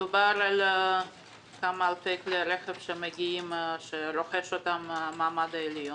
מדובר על כמה אלפי כלי רכב שרוכש אותם המעמד העליון.